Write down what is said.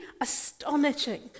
astonishing